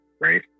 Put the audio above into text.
Right